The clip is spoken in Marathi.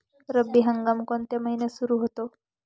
रब्बी हंगाम कोणत्या महिन्यात सुरु होतो?